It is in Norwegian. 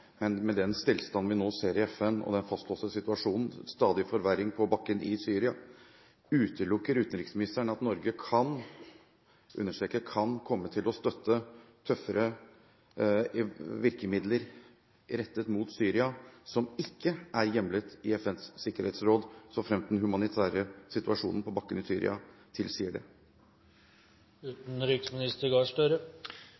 med den stillstand vi nå ser i FN, den fastlåste situasjonen og en stadig forverring på bakken i Syria. Utelukker utenriksministeren at Norge kan – jeg understreker kan – komme til å støtte bruk av tøffere virkemidler rettet mot Syria som ikke er hjemlet i FNs sikkerhetsråd, så fremt den humanitære situasjonen på bakken i Syria tilsier det?